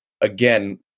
again